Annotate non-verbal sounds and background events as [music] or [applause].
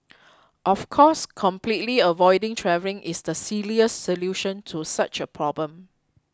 [noise] of course completely avoiding travelling is the silliest solution to such a problem